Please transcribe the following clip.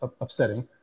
upsetting